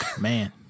Man